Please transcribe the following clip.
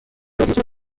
رادیاتور